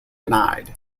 denied